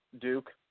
Duke